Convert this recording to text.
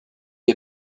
est